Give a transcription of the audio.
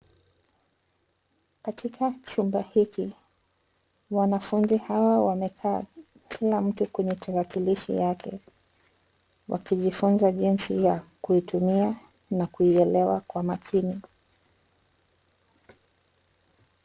Katika chumba hiki, wanafunzi hawa wamekaa kila mtu kwenye tarakilishi yake, wakijifunza jinsi ya kuitumia na kuielewa kwa makini.